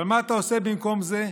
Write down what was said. אבל מה אתה עושה במקום זה?